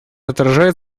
отражает